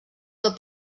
del